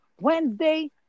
Wednesday